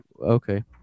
okay